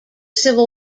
civil